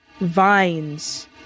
vines